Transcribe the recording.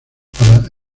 para